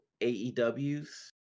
AEW's